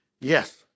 Yes